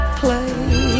play